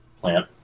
plant